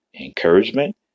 encouragement